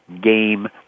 Game